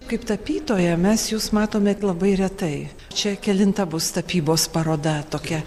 kaip tapytoją mes jus matome labai retai čia kelinta bus tapybos paroda tokia